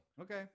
Okay